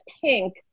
pink